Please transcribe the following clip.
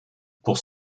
pour